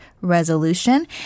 resolution